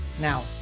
Now